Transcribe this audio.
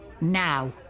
Now